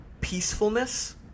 peacefulness